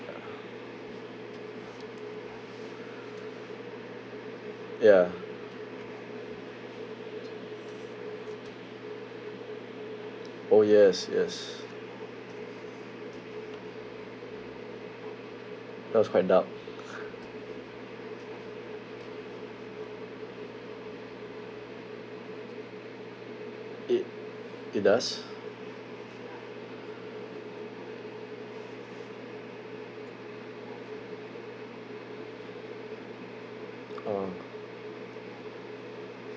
ya ya oh yes yes that was quite dark it it does oh